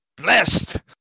blessed